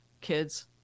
Kids